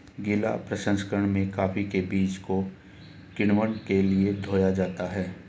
गीला प्रसंकरण में कॉफी के बीज को किण्वन के लिए धोया जाता है